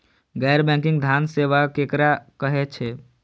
गैर बैंकिंग धान सेवा केकरा कहे छे?